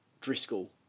Driscoll